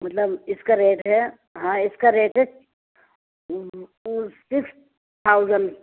مطلب اس کا ریٹ ہے ہاں اس کا ریٹ ہے ٹو سکس تھاؤزن